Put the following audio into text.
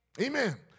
Amen